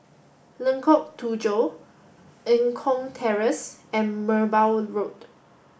Lengkok Tujoh Eng Kong Terrace and Merbau Road